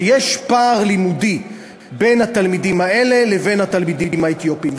שיש פער לימודי בין התלמידים האלה לבין התלמידים האתיופים.